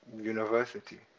university